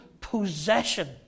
possession